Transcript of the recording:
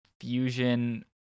Fusion